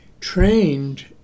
trained